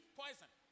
poison